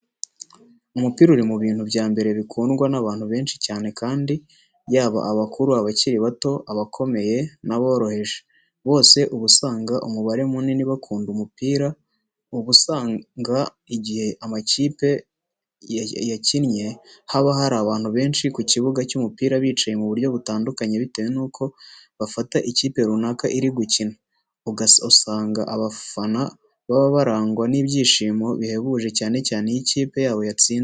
Umupira uri mu bintu bya mbere bikundwa n'abantu benshi cyane kandi yaba abakuru, abakiri bato, abakomeye n'aboroheje bose uba usanga umubare munini bakunda umupira. Uba usanga igihe amakipe yakinnye haba hari abantu benshi ku kibuga cy'umupira bicaye mu buryo butandukanye bitewe nuko bafata ikipe runaka iri gukina. Usanga abafana baba barangwa n'ibyishimo bihebuje cyane cyane iyo ikipe yabo yatsinze.